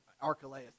Archelaus